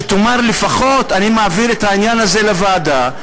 שתאמר לפחות: אני מעביר את העניין הזה לוועדה,